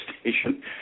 station